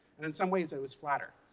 and in some ways it was flatter.